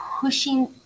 pushing